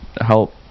help